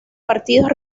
partidos